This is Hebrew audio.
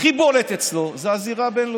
באיזו זירה?